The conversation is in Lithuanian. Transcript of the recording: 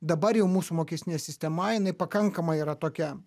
dabar jau mūsų mokestinė sistema jinai pakankamai yra tokia